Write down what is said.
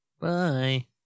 bye